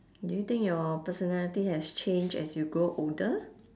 do you think your personality has changed as you grow older